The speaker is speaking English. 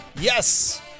Yes